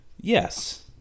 Yes